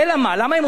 למה הם עושים את זה?